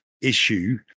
issue